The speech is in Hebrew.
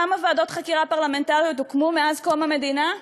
כמה ועדות חקירה פרלמנטריות הוקמו מאז קום המדינה?